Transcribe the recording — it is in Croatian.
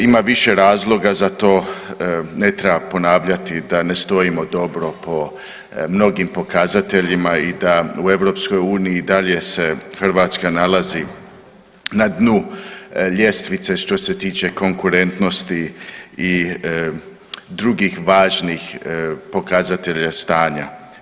Ima više razloga za to, ne treba ponavljati da ne stojimo dobro po mnogim pokazateljima i da u EU i dalje se Hrvatska nalazi na dnu ljestvice što se tiče konkurentnosti i drugih važnih pokazatelja stanja.